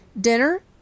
dinner